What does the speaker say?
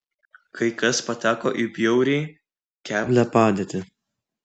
kai kas pateko į bjauriai keblią padėtį